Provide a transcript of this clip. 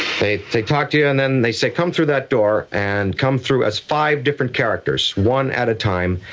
they they talk to you and then they say, come through that door and come through as five different characters, one at a time.